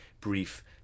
brief